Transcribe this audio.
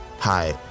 Hi